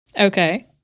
Okay